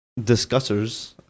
discussers